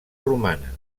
romana